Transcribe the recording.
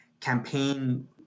campaign